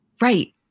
Right